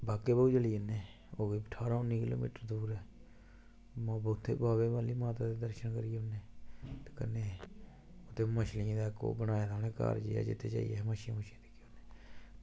बाग ए बाहु चली जन्ने ओह्बी कोई ठारां उन्नी किलोमीटर दूर ऐ उत्थें बाह्वे आह्ली माता दे दर्शन करी औने ते कन्नै उत्थें इक्क मच्छलियें दा ओह् इक्क बनाए दा घर जेहा जित्थें जाइयै मच्छियां